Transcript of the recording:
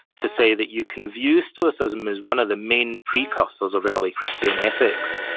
to say that you can view stoicism as one of the main precursors of early christian ethics.